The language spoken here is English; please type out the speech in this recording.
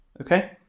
Okay